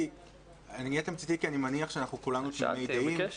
כי אני מניח שאנחנו כולנו תמימי דעים.